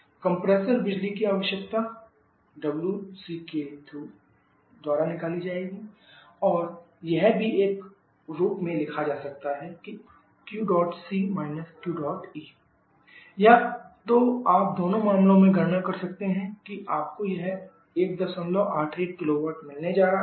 compressor बिजली की आवश्यकता WCmh2 h1 और यह भी एक के रूप में लिखा जा सकता है QC QE या तो आप दोनों मामले में गणना कर सकते हैं कि आपको यह 181 kW मिलने जा रहा हैं